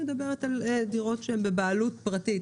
אני מדברת על דירות שהן בבעלות פרטית.